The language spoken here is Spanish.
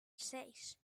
seis